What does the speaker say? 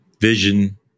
vision